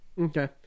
Okay